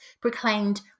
proclaimed